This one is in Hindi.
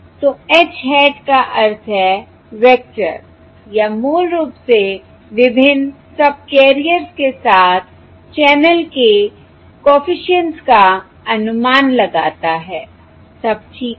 तो H hat का अर्थ है वेक्टर या मूल रूप से विभिन्न सबकैरियर्स के साथ चैनल के कॉफिशिएंट्स का अनुमान लगाता है सब ठीक है